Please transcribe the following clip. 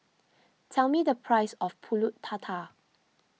tell me the price of Pulut Tatal